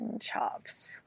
chops